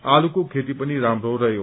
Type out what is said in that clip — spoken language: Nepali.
आलुको खेती पनि राम्रो रहयो